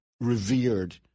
revered